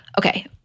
Okay